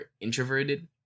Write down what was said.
introverted